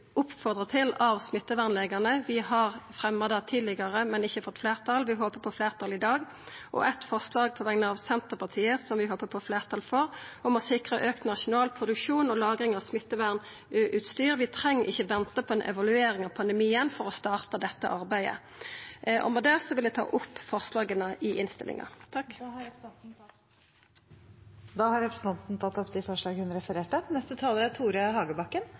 til av smittevernlegane. Vi har fremja det tidlegare, men ikkje fått fleirtal, så vi håpar på fleirtal i dag. Det andre forslaget, på vegner av Senterpartiet, som vi òg håpar på fleirtal for, er om å sikra auka nasjonal produksjon og lagring av smittevernutstyr. Vi treng ikkje venta på ei evaluering av pandemien for å starta dette arbeidet. Med det vil eg ta opp forslaga. Representanten Kjersti Toppe har tatt opp de forslagene hun refererte